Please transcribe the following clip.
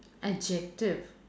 adjective